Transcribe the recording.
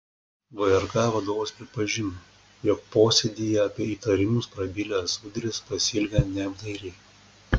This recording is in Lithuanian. vrk vadovas pripažino jog posėdyje apie įtarimus prabilęs udris pasielgė neapdairiai